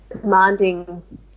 commanding